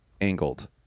angled